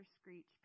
screech